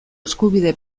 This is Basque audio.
eskubide